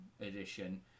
Edition